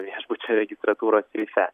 viešbučio registratūros seife